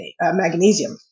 magnesium